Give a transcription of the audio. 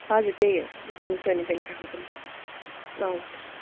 हजुर त्यही हो बि दिउँसो अनि बेलुकाको पनि हजुर